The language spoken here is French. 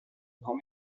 grand